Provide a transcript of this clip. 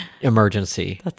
emergency